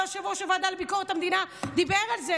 ויושב-ראש הוועדה לביקורת המדינה דיבר על זה.